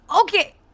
Okay